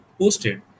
posted